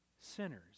sinners